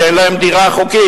כי אין להם דירה חוקית.